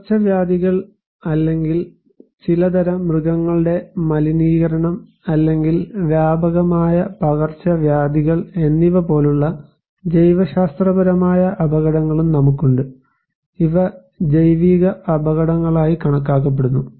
പകർച്ചവ്യാധികൾ അല്ലെങ്കിൽ ചിലതരം മൃഗങ്ങളുടെ മലിനീകരണം അല്ലെങ്കിൽ വ്യാപകമായ പകർച്ചവ്യാധികൾ എന്നിവപോലുള്ള ജൈവശാസ്ത്രപരമായ അപകടങ്ങളും നമുക്കുണ്ട് ഇവ ജൈവിക അപകടങ്ങളായി കണക്കാക്കപ്പെടുന്നു